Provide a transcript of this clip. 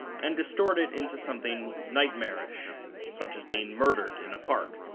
and distort it into something nightmarish such as being murdered in a park